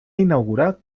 inaugurar